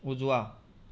उजवा